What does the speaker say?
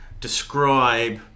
describe